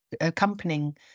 accompanying